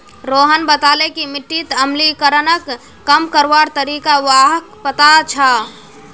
रोहन बताले कि मिट्टीत अम्लीकरणक कम करवार तरीका व्हाक पता छअ